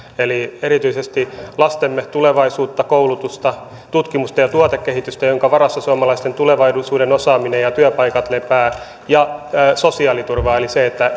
eli erityisesti lastemme tulevaisuutta koulutusta tutkimusta ja tuotekehitystä joiden varassa suomalaisten tulevaisuuden osaaminen ja työpaikat lepäävät ja sosiaaliturvaa eli sitä että